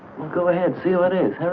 go ahead still it is.